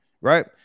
right